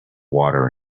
water